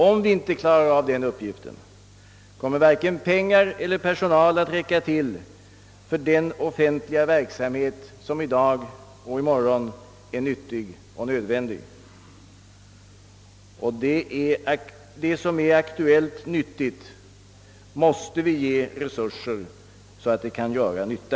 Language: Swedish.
Om vi inte klarar av den uppgiften, kommer varken pengar eller personal att räcka till för den offentliga verksamhet som i dag och i morgon är nyttig och nödvändig. Det som är aktuellt nyttigt måste vi ge resurser, så att det också kan göra nytta.